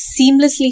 seamlessly